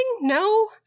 No